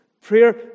Prayer